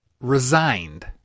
resigned